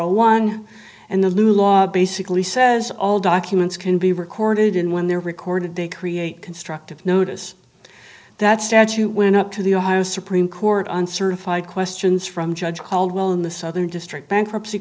zero one and the new law basically says all documents can be recorded in when they're recorded they create constructive notice that statue went up to the ohio supreme court on certified questions from judge caldwell in the southern district bankruptcy